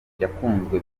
yakunzwe